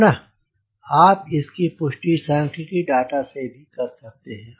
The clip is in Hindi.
पुनः आप इसकी पुष्टि सांख्यिकी डाटा से भी कर सकते हैं